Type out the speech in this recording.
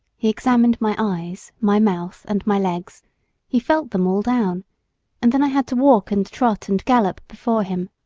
he examined my eyes, my mouth, and my legs he felt them all down and then i had to walk and trot and gallop before him.